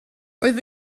roedd